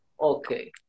Okay